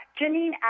Janine